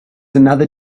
another